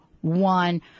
one